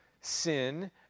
sin